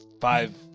five